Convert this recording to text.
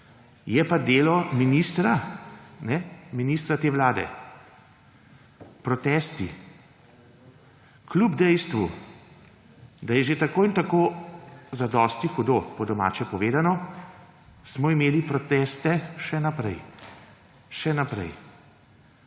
je pa delo ministra te vlade. Protesti kljub dejstvu, da je že tako in tako zadosti hudo, po domače povedano, smo imeli proteste še naprej. Policisti.